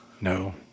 No